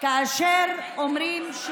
כאשר אומרים,